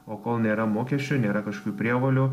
o kol nėra mokesčių nėra kažkokių prievolių